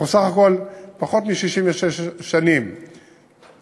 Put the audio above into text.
אנחנו בסך הכול פחות מ-66 שנה מדינה,